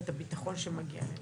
ובאמת נעשה ככל האפשר.